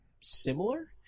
similar